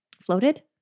Floated